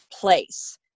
place